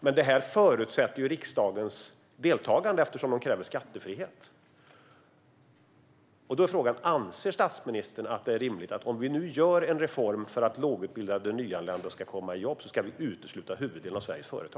Men det här förutsätter riksdagens deltagande, eftersom de kräver skattefrihet. Anser statsministern att det är rimligt att utesluta huvuddelen av Sveriges företag om man gör en reform för att lågutbildade nyanlända ska komma i jobb?